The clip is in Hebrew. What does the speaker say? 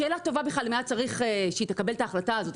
שאלה טובה בכלל אם היה צריך שהיא תקבל את ההחלטה הזאת.